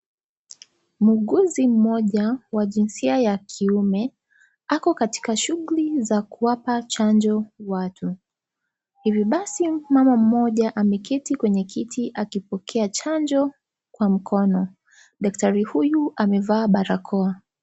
Muuguzi mmoja wa jinsia ya kiume, ako katika shughuli za kuwapa chanjo watu. Hivyo basi, mama mmoja, ameketi kwenye kiti akipokea chanjo ya mkono. Daktari huyu amevaa barakoa.